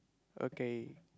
okay